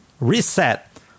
reset